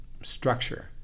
structure